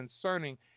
concerning